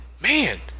man